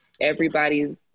Everybody's